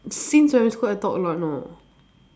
since primary school I talk a lot know